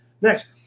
Next